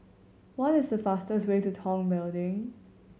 what is the fastest way to Tong Building